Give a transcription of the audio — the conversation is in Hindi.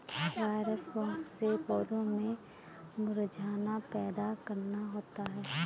वायरस से पौधों में मुरझाना पैदा करना होता है